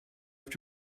have